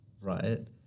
right